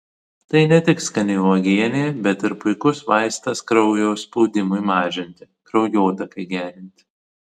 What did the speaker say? tai ne tik skani uogienė bet ir puikus vaistas kraujo spaudimui mažinti kraujotakai gerinti